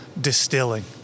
distilling